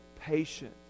patient